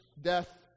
death